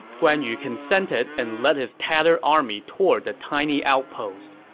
guan yu consented and led his tattered army toward the tiny outpost.